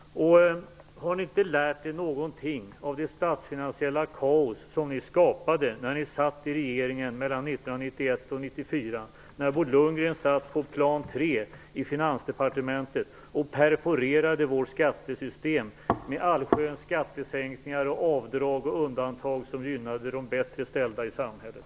Har inte moderaterna lärt sig någonting av det statsfinansiella kaos som de skapade när det satt i regeringen mellan 1991 och 1994? Bo Lundgren satt då på plan tre i Finansdepartementet och perforerade vårt skattesystem med allsköns skattesänkningar, avdrag och undantag som gynnade de bättre ställda i samhället.